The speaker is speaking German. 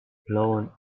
plauen